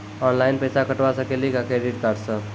Online पैसा कटवा सकेली का क्रेडिट कार्ड सा?